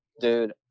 Dude